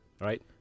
Right